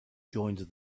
joined